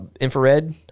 infrared